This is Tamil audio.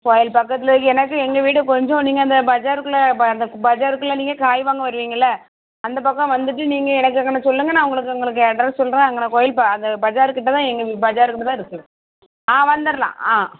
கோயில் பக்கத்தில் எனக்கு எங்கள் வீடு கொஞ்சம் நீங்கள் அந்த பஜாருக்குள்ளே அந்த பஜாருக்குள்ளே நீங்கள் காய் வாங்க வருவீங்கல்ல அந்த பக்கம் வந்துட்டு நீங்கள் எனக்கு எங்கன்னு சொல்லுங்க நான் உங்களுக்கு உங்களுக்கு அட்ரஸ் சொல்கிறேன் அங்கன்னை கோயில் ப அந்த பஜார்கிட்டே தான் எங்கள் பஜார்கிட்டே தான் இருக்குது ஆ வந்திர்லாம் ஆ